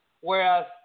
whereas